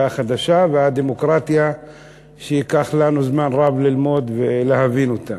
החדשה והדמוקרטיה שייקח לנו זמן רב ללמוד ולהבין אותה.